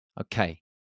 Okay